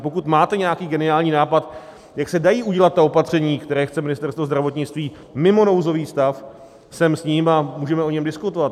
Pokud máte nějaký geniální nápad, jak se dají udělat ta opatření, která chce Ministerstvo zdravotnictví, mimo nouzový stav, sem s ním a můžeme o něm diskutovat.